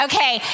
Okay